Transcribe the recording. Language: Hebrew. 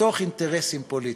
מתוך אינטרסים פוליטיים.